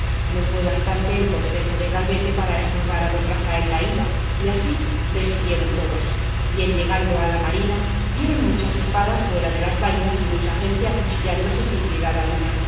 no fue bastante el buen consejo de calvete para estorbar a don rafael la ida y así le siguieron todos y en llegando a la marina vieron muchas espadas fuera de las vainas y mucha gente acuchillándose sin piedad alguna